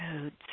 codes